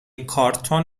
کارتن